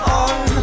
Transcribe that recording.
on